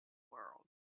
world